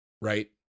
right